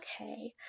okay